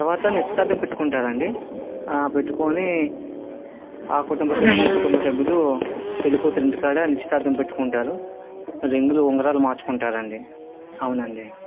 తరువాత నిశ్చితార్థం పెట్టుకుంటారు అండి ఆ పెట్టుకొని ఆ కుటుంబ సభ్యులు ఈ కుటుంబ సభ్యులు పెళ్ళికూతురు ఇంటికాడ నిశ్చితార్థం పెట్టుకుంటారు రింగులు ఉంగరాలు మార్చుకుంటారు అండి అవును అండి